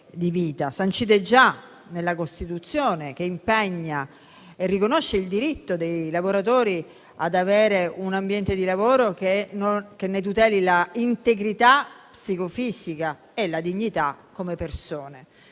sancite già nella Costituzione, che impegna e riconosce il diritto dei lavoratori ad avere un ambiente di lavoro che ne tuteli l'integrità psicofisica e la dignità come persone.